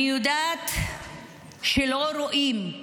אני יודעת שלא רואים.